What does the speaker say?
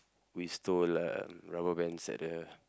we stole uh rubber bands at the